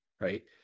right